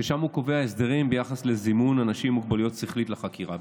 ששם הוא קובע הסדרים ביחס לזימון אנשים עם מוגבלות שכלית לחקירה.